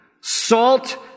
Salt